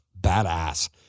badass